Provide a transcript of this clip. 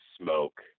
smoke